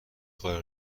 قایق